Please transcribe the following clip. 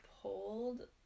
pulled